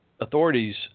authorities